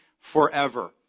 forever